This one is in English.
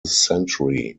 century